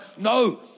no